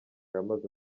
yamaze